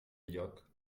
lloc